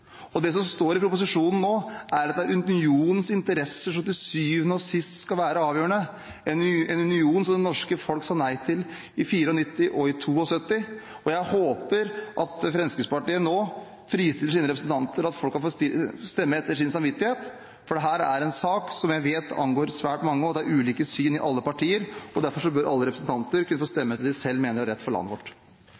det som nå står i proposisjonen, er at det er unionens interesser som til syvende og sist skal være avgjørende – en union som det norske folk sa nei til i 1972 og i 1994, og jeg håper at Fremskrittspartiet nå fristiller sine representanter og lar folk stemme etter sin samvittighet. Dette er en sak som jeg vet angår svært mange. Det er ulike syn i alle partier, og derfor bør alle representanter kunne få